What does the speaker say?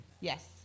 yes